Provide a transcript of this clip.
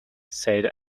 said